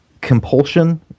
Compulsion